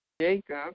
Jacob